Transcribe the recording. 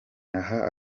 aha